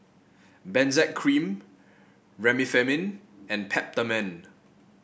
Benzac Cream Remifemin and Peptamen